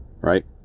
right